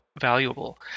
valuable